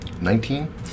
Nineteen